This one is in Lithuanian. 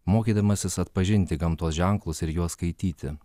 mokydamasis atpažinti gamtos ženklus ir juos skaityti